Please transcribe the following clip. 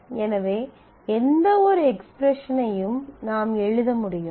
எனவே எந்தவொரு எக்ஸ்பிரஸனையும் நாம் எழுத முடியும்